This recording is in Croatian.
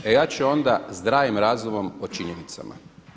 A ja ću onda zdravim razumom o činjenicama.